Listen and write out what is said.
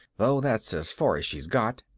though that's as far as she's got.